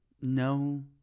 no